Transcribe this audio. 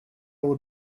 will